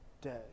day